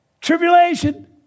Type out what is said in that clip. Tribulation